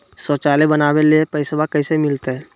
शौचालय बनावे ले पैसबा कैसे मिलते?